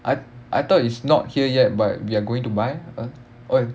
I I thought it's not here yet but we are going to buy uh oh I